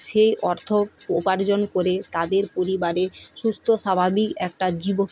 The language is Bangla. সেই অর্থ উপার্জন করে তাদের পরিবারে সুস্থ স্বাভাবিক একটা জীবন